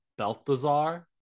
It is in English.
Belthazar